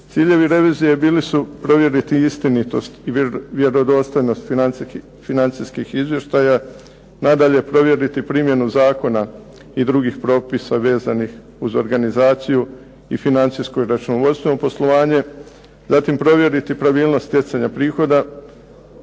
Ciljevi revizije bili su provjeriti istinitost i vjerodostojnost financijskih izvještaja, nadalje provjeriti primjenu zakona i drugih propisa vezanih uz organizaciju i financijsko i računovodstveno poslovanje. Zatim provjeriti pravilnost stjecanja prihoda,